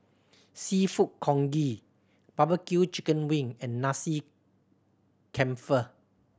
Seafood Congee barbecue chicken wing and Nasi Campur